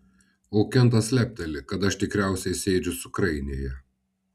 o kentas lepteli kad aš tikriausiai sėdžiu cukrainėje